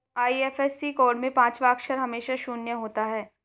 IFSC code में पांचवा अक्षर हमेशा शून्य होता है